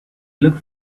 looked